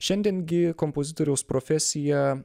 šiandien gi kompozitoriaus profesija